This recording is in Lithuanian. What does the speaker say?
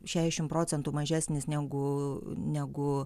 šešiasdešimt procentų mažesnis negu negu